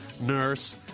nurse